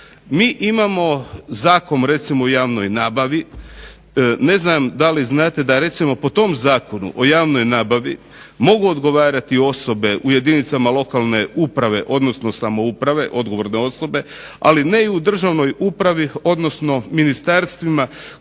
Mi imamo Zakon o javnoj nabavi, ne znam da li znate da recimo po tom Zakonu o javnoj nabavi mogu odgovarati osobe u jedinicama lokalne samouprave, odnosno uprave, odgovorne osobe ali ne i u državnoj upravi odnosno ministarstvima koji raspolažu sa